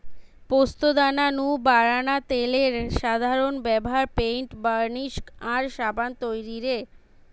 পোস্তদানা নু বারানা তেলের সাধারন ব্যভার পেইন্ট, বার্নিশ আর সাবান তৈরিরে